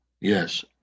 Yes